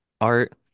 art